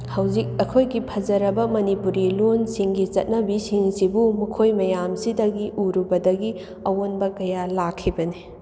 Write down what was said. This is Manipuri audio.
ꯍꯧꯖꯤꯛ ꯑꯩꯈꯣꯏꯒꯤ ꯐꯖꯔꯕ ꯃꯅꯤꯄꯨꯔꯤ ꯂꯣꯟꯁꯤꯡꯒꯤ ꯆꯠꯅꯕꯤꯁꯤꯡꯁꯤꯕꯨ ꯃꯈꯣꯏ ꯃꯌꯥꯝꯁꯤꯗꯒꯤ ꯎꯔꯨꯕꯗꯒꯤ ꯑꯑꯣꯟꯕ ꯀꯌꯥ ꯂꯥꯛꯈꯤꯕꯅꯤ